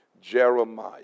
Jeremiah